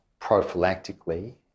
prophylactically